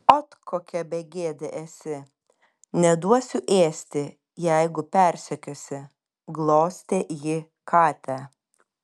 ot kokia begėdė esi neduosiu ėsti jeigu persekiosi glostė ji katę